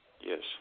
Yes